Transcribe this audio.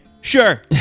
Sure